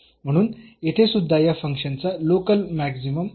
म्हणून येथे सुद्धा या फंक्शनचा लोकल मॅक्सिमम आहे